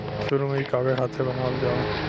शुरु में ई कागज हाथे बनावल जाओ